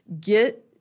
Get